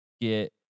get